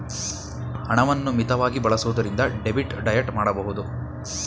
ಹಣವನ್ನು ಮಿತವಾಗಿ ಬಳಸುವುದರಿಂದ ಡೆಬಿಟ್ ಡಯಟ್ ಮಾಡಬಹುದು